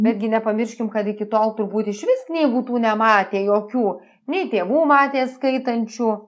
betgi nepamirškim kad iki tol turbūt išvis knygų tų nematė jokių nei tėvų matė skaitančių